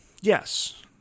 yes